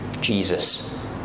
Jesus